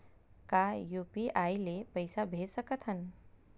का यू.पी.आई ले पईसा भेज सकत हन?